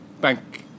bank